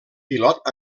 pilot